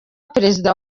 perezida